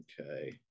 Okay